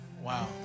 wow